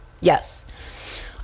Yes